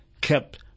kept